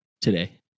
today